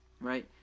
right